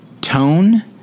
tone